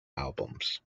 albums